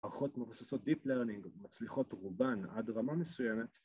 ערכות מבוססות Deep Learning, מצליחות רובן עד רמה מסוימת